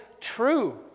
true